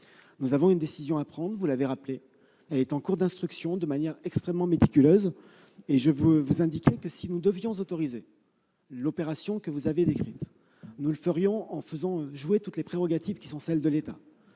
Nous avons une décision à prendre ; elle est en cours d'instruction de manière extrêmement méticuleuse. Je veux vous indiquer que, si nous devions autoriser l'opération que vous avez décrite, nous le ferions en faisant jouer toutes les prérogatives de l'État